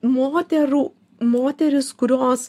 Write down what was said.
moterų moteris kurios